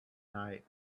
night